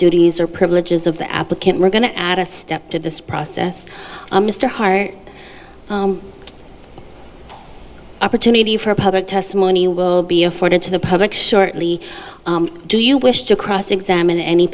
duties or privileges of the applicant we're going to add a step to this process mr hart opportunity for a public testimony will be afforded to the public shortly do you wish to cross examine any